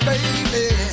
Baby